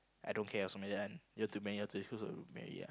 I don't care or something like that one you want to marry out to who go marry ah